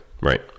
right